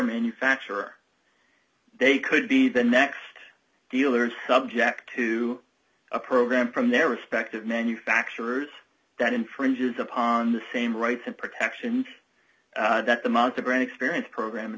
manufacturer they could be the next dealers subject to a program from their respective manufacturers that infringes upon the same rights and protection that the moment the brain experience program